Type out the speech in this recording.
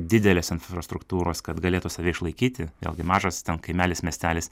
didelės infrastruktūros kad galėtų save išlaikyti vėlgi mažas kaimelis miestelis